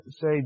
say